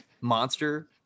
monster